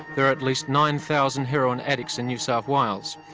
there are at least nine thousand heroin addicts in new south wales,